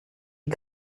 die